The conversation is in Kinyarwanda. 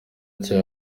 nshya